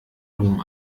dom